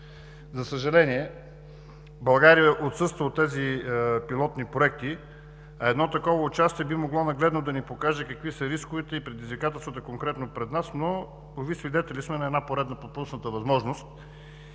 За съжаление, България отсъства от тези пилотни проекти, а едно такова участие би могло нагледно да ни покаже какви са рисковете и предизвикателствата конкретно пред нас, но, уви, свидетели сме на една поредна пропусната възможност.